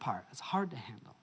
part is hard to handle